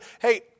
hey